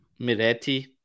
Miretti